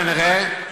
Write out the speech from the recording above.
כנראה,